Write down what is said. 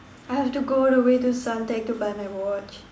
I have to all the way to Suntec to buy my watch